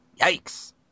Yikes